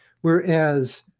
Whereas